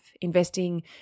investing